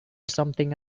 something